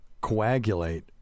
coagulate